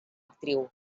actriu